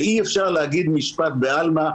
אי אפשר להגיד משפט בעלמא,